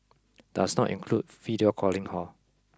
does not include video calling hor